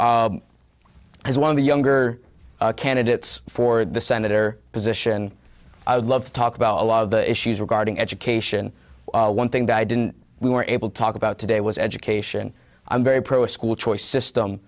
as one of the younger candidates for the senator position i would love to talk about a lot of the issues regarding education one thing that i didn't we were able to talk about today was education i'm very pro a school choice system